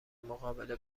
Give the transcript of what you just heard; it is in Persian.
مقابله